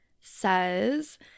says